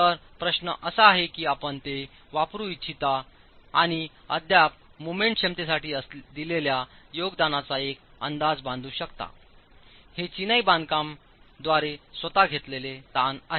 तर प्रश्न असा आहे की आपण ते वापरू इच्छिता आणि अद्याप मोमेंट क्षमतेसाठी दिलेल्या योगदानाचा एक अंदाज बांधू शकता हे चिनाई बांधकाम द्वारे स्वतः घेतलेले ताण आहे